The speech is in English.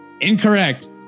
Incorrect